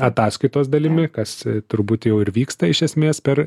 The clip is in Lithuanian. ataskaitos dalimi kas turbūt jau ir vyksta iš esmės per